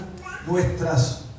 nuestras